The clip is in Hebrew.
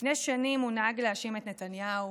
לפני שנים הוא נהג להאשים את נתניהו,